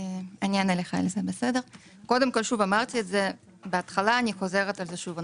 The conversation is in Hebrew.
שוב, אמרתי את זה בהתחלה, אני חוזרת על זה שוב.